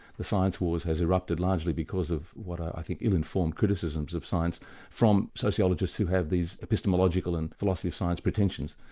the science war has has erupted largely because of what i think are ill-informed criticisms of science from sociologists who have these epistemological and philosophy of science pretensions,